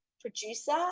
producer